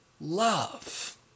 love